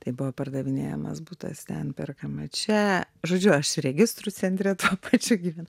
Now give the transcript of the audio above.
tai buvo pardavinėjamas butas ten perkama čia žodžiu aš registrų centre tuo pačiu gyvenau